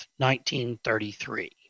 1933